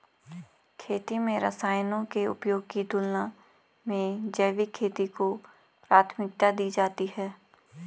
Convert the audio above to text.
खेती में रसायनों के उपयोग की तुलना में जैविक खेती को प्राथमिकता दी जाती है